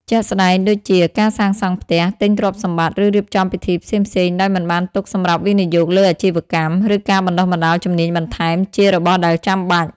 ជាក់ស្ដែងដូចជាការសាងសង់់ផ្ទះ ទិញទ្រព្យសម្បត្តិ ឬរៀបចំពិធីផ្សេងៗដោយមិនបានទុកសម្រាប់វិនិយោគលើអាជីវកម្ម ឬការបណ្តុះបណ្តាលជំនាញបន្ថែម ជារបស់ដែលចាំបាច់។